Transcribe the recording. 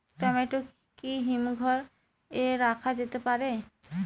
Tomato কি হিমঘর এ রাখা যেতে পারে?